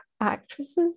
actresses